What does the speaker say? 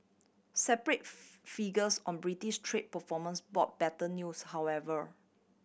separate figures on Britain's trade performance brought better news however